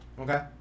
okay